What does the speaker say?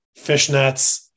fishnets